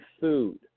food